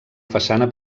façana